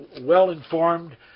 well-informed